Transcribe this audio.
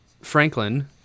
Franklin